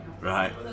right